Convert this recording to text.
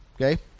okay